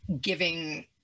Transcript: giving